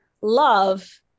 love